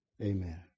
Amen